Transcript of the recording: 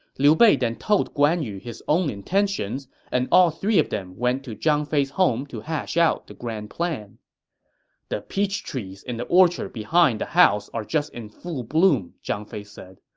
liu bei then told guan yu his own intentions, and all three of them went to zhang fei's home to hash out the grand plan the peach trees in the orchard behind the house are just in full bloom, zhang fei said.